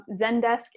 Zendesk